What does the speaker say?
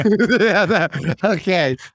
Okay